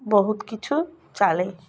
ବହୁତ କିଛୁ ଚାଲେ